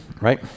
right